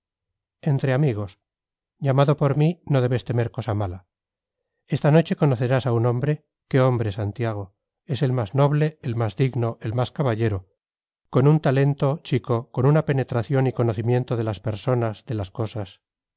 entre amigos llamado por mí no debes temer cosa mala esta noche conocerás a un hombre qué hombre santiago es el más noble el más digno el más caballero con un talento chico con una penetración y conocimiento de las personas de las cosas